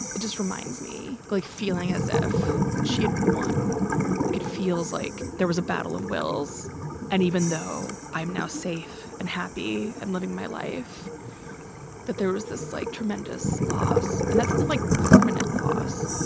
just reminds me like feeling as if she had one like it feels like there was a battle of wills and even though i'm now safe and happy i'm living my life that there is this slight tremendous loss and that sense of like permanent loss.